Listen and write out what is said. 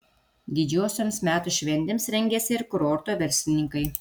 didžiosioms metų šventėms rengiasi ir kurorto verslininkai